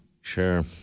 Sure